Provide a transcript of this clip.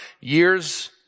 years